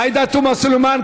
עאידה תומא סלימאן,